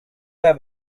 have